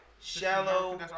Shallow